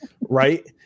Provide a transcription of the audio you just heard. right